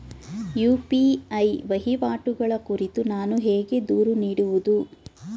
UPI ವಹಿವಾಟುಗಳ ಕುರಿತು ನಾನು ಹೇಗೆ ದೂರು ನೀಡುವುದು?